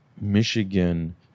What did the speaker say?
Michigan